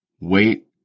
wait